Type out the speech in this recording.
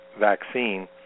vaccine